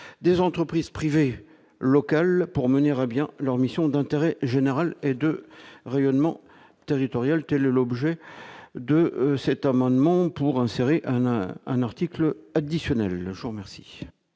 des entreprises privées locales pour mener à bien leur mission d'intérêt général et de rayonnement territoriale, quel est l'objet de cet amendement pour insérer un un article additionnel merci.